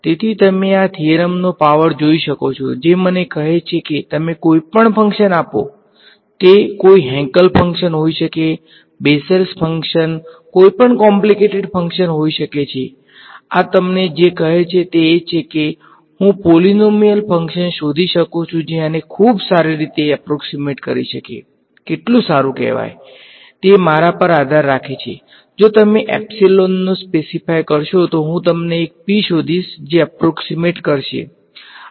તેથી તમે આ થીયરમ નો પાવર જોઈ શકો છો જે મને કહે છે કે તમે કોઈપણ ફંકશન આપો તે કોઈ હેંકેલ ફંક્શન હોઈ શકે છે બેસેલ ફંક્શન કોઈપણ કોમ્લીકેટેડ કરશો તો હું તમને એક p શોધીશ જે એપ્રોક્ષીમેટ કરશે આ ફંકશન અહીં ખૂબ જ યોગ્ય છે